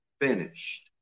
finished